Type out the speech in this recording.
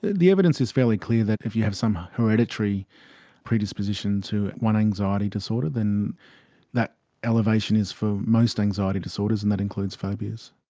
the the evidence is fairly clear that if you have some hereditary predisposition to one anxiety disorder, then that elevation is for most anxiety disorders, and that includes phobias.